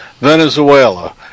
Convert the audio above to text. Venezuela